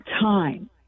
time